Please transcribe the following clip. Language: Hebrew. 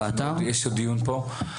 יש עוד דיון פה.